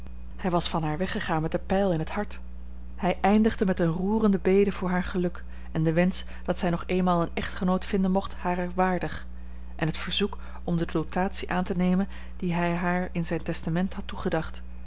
hij was van haar weggegaan met de pijl in het hart hij eindigde met eene roerende bede voor haar geluk en den wensch dat zij nog eenmaal een echtgenoot vinden mocht harer waardig en het verzoek om de dotatie aan te nemen die hij haar in zijn testament had toegedacht